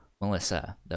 Melissa